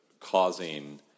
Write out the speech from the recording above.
causing